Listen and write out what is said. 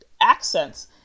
accents